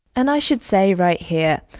and i should say right here,